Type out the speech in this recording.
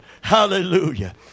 Hallelujah